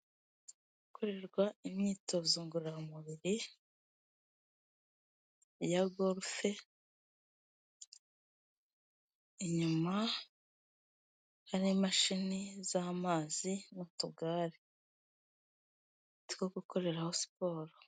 Gukorerwa imyitozo ngororamubiri, ya gorufe, inyuma hari imashini z'amazi n'utugare, two gukoreraho siporo.